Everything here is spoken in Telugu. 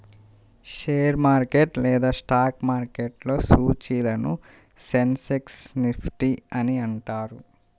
షేర్ మార్కెట్ లేదా స్టాక్ మార్కెట్లో సూచీలను సెన్సెక్స్, నిఫ్టీ అని అంటారు